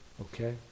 Okay